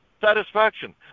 Satisfaction